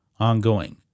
ongoing